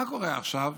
מה קורה עכשיו?